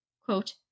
quote